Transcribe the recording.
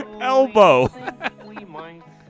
Elbow